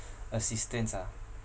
assistance ah